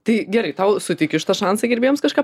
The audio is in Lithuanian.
tai gerai tau suteikiu šitą šansai gerbėjam kažką